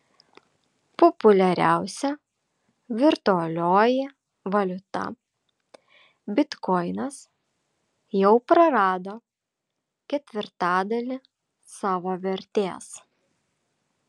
populiariausia virtualioji valiuta bitkoinas jau prarado ketvirtadalį savo vertės